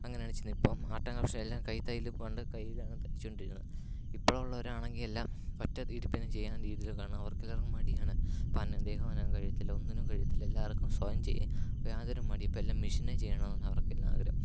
അങ്ങനെയാണ് ചെയ്യുന്നത് ഇപ്പം മാറ്റങ്ങൾക്ക് ശേഷം കൈ തയ്യൽ പണ്ട് കയ്യിലാണ് തയ്ച്ചുകൊണ്ടിരുന്നത് ഇപ്പോഴുള്ളവരാണെങ്കിൽ എല്ലാം ഒറ്റ ഇരിപ്പിന് ചെയ്യുന്ന രീതിയിലാണ് കാരണം അവർക്കെല്ലാവർക്കും മടിയാണ് കാരണം ദേഹം അനങ്ങാൻ കഴിയത്തില്ല ഒന്നിനും കഴിയത്തില്ല എല്ലാവർക്കും സ്വയം ചെയ്യാൻ ഇപ്പോൾ യാതൊരു മടി ഇപ്പം എല്ലാം മിഷിനിൽ ചെയ്യണം എന്നാണ് അവർക്കെല്ലാം ആഗ്രഹം